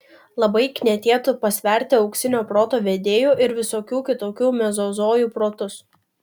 labai knietėtų pasverti auksinio proto vedėjų ir visokių kitokių mezozojų protus